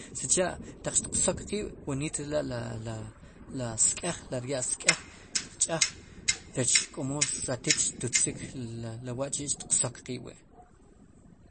Sicha' taq tiq sook qiib' woniit re la la la sk'ej le rya'l sk'ej xtiq ch'aj rech k'omo ratit xtutzrik le wa'chi' xtiq sok qiib' wi'.